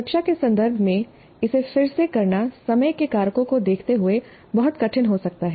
कक्षा के संदर्भ में इसे फिर से करना समय के कारकों को देखते हुए बहुत कठिन हो सकता है